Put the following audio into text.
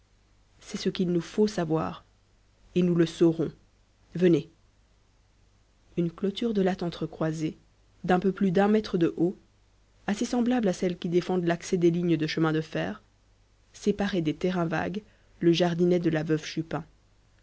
c'est ce qu'il nous faut savoir et nous le saurons venez une clôture de lattes entre croisées d'un peu plus d'un mètre de haut assez semblable à celles qui défendent l'accès des lignes de chemins de fer séparait des terrains vagues le jardinet de la veuve chupin